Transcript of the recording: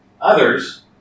others